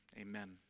amen